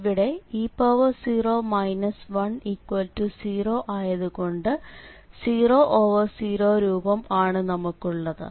ഇവിടെ e0 10 ആയതു കൊണ്ട് 00 രൂപം ആണ് നമുക്കുള്ളത്